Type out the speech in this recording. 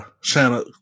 Shanna